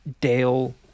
Dale